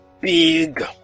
big